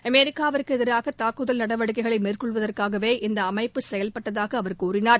அமெரிக்காவுக்கு எதிராக தாக்குதல் நடவடிக்கைகளை மேற்கொள்வதற்காகவே இந்த அமைப்பு செயல்பட்டதாக அவர் கூறினார்